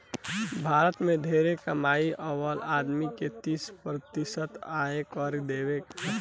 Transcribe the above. भारत में ढेरे कमाए वाला आदमी के तीस प्रतिशत आयकर देवे के पड़ेला